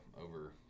over